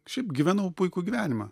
šiaip gyvenau puikų gyvenimą